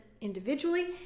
individually